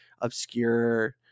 obscure